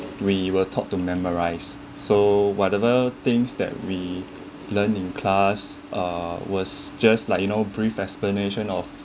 we were taught to memorize so whatever things that we learn in class uh was just like you know brief explanation of